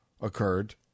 occurred